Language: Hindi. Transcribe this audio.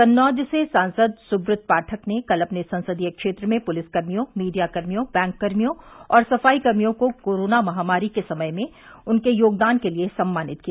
कन्नौज से सांसद सुव्रत पाठक ने कल अपने संसदीय क्षेत्र में पुलिसकर्मियों मीडियाकर्मियों बैंककर्मियों और सफाईकर्मियों को कोरोना महामारी के समय उनके योगदान के लिए सम्मानित किया